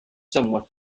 somewhat